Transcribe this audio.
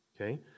Okay